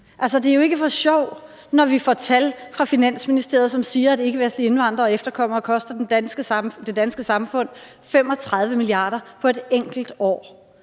det er jo ikke for sjov, når vi får tal fra Finansministeriet, som siger, at ikkevestlige indvandrere og efterkommere koster det danske samfund 35 mia. kr. på et enkelt år.